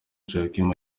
joachim